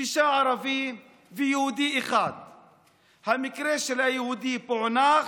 שישה ערבים ויהודי אחד והמקרה של היהודי פוענח,